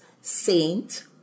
saint